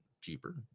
cheaper